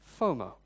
FOMO